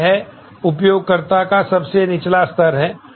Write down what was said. तो यह उपयोगकर्ता का सबसे निचला स्तर है